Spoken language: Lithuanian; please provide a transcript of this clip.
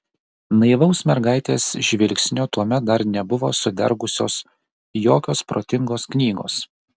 naivaus mergaitės žvilgsnio tuomet dar nebuvo sudergusios jokios protingos knygos